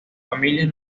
familias